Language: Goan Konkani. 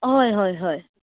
हय हय हय